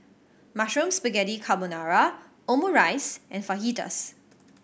Mushroom Spaghetti Carbonara Omurice and Fajitas